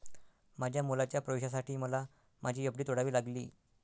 माझ्या मुलाच्या प्रवेशासाठी मला माझी एफ.डी तोडावी लागली